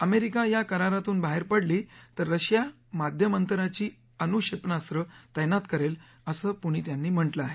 America या करारातून बाहेरबापडली तर रशिया माध्यम अंतराची अणु क्षेपणास्व तैनात करेल असं पुतीन यांनी म्हटलं आहे